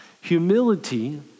Humility